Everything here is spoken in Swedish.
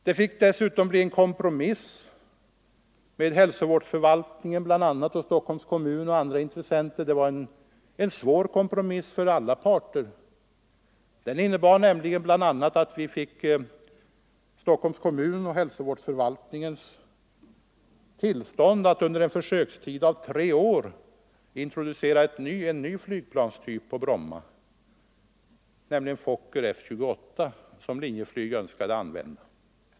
Det fick dessutom bli en kompromiss mellan hälsovårdsförvaltningen i Stockholms kommun och andra intressenter. Det var en svår kompromiss för alla parter, som bl.a. innebar att vi fick Stockholms kommuns och hälsovårdsförvaltnings tillstånd att under en försökstid av tre år introducera en ny flygplanstyp på Bromma, Fokker F-28, som Linjeflyg önskade använda.